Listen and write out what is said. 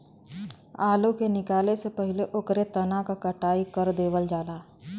आलू के निकाले से पहिले ओकरे तना क कटाई कर देवल जाला